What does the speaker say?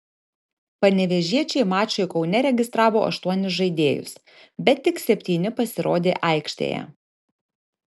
panevėžiečiai mačui kaune registravo aštuonis žaidėjus bet tik septyni pasirodė aikštėje